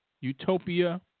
utopia